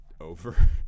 over